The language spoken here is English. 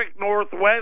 Northwest